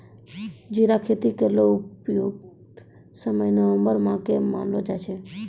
जीरा खेती केरो उपयुक्त समय नवम्बर माह क मानलो जाय छै